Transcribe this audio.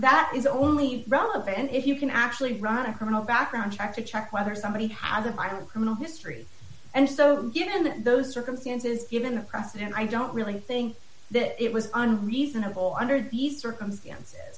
that is only relevant if you can actually run a criminal background check to check whether somebody has the violent criminal history and so given that those circumstances given the president i don't really think that it was an reasonable under these circumstances